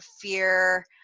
fear